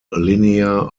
linear